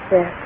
Yes